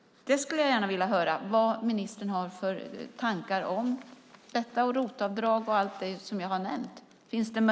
Det skulle jag gärna vilja höra vad ministern har för tankar om.